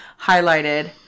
highlighted